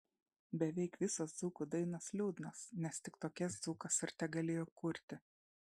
beveik visos dzūkų dainos liūdnos nes tik tokias dzūkas ir tegalėjo kurti